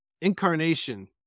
incarnation